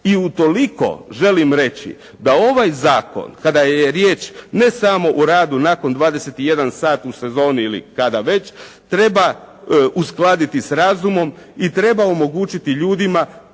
I utoliko želim reći da ovaj zakon, kada je riječ ne samo o radu nakon 21 sat u sezoni ili kada već, treba uskladiti s razumom i treba omogućiti ljudima